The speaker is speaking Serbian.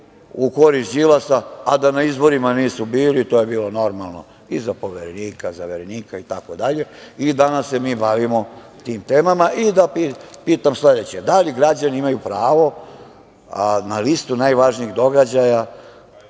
u korist Đilasa, a da na izborima nisu bili. To je bilo normalno i za Poverenika, zaverenika i tako dalje, i danas se mi bavimo tim temama. Da pitam sledeće – da li građani imaju pravo na listu najvažnijih događaja,